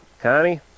Connie